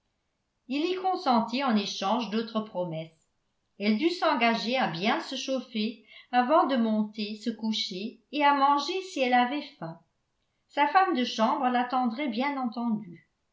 il y consentit en échange d'autres promesses elle dut s'engager à bien se chauffer avant de monter se coucher et à manger si elle avait faim se femme de chambre l'attendrait bien entendu